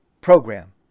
program